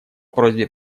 просьбе